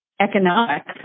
economic